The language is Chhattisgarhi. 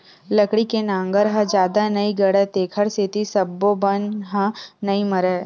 लकड़ी के नांगर ह जादा नइ गड़य तेखर सेती सब्बो बन ह नइ मरय